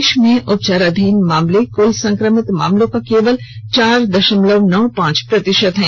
देश में उपचाराधीन मामले कूल संक्रमित मामलों का केवल चौर दशमलव नौ पांच प्रतिशत है